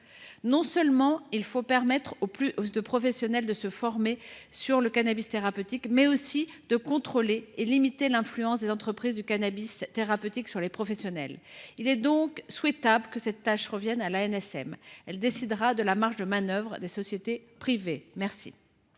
un plus grand nombre de professionnels de se former sur le cannabis thérapeutique, mais aussi de contrôler et de limiter l’influence des entreprises du cannabis thérapeutique sur les professionnels. Il est donc souhaitable que cette responsabilité revienne à l’ANSM, qui décidera de la marge de manœuvre des sociétés privées. Quel